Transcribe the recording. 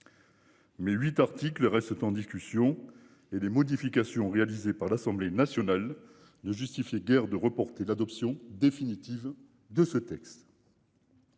Mais 8 articles restent en discussion et des modifications réalisées par l'Assemblée nationale de justifier guère de reporter l'adoption définitive de ce texte.